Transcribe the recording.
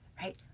right